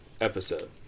episode